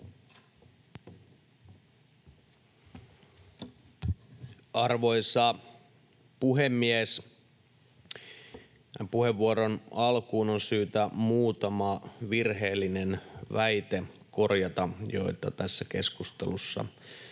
Arvoisa puhemies! Tähän puheenvuoron alkuun on syytä korjata muutama virheellinen väite, joita tässä keskustelussa on